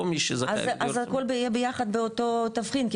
לא מי שזכאי --- אז הכל יהיה ביחד באותו תבחין,